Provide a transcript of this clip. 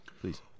please